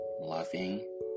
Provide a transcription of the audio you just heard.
loving